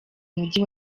mujyi